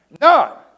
None